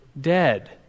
dead